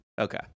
Okay